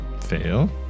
Fail